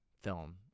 film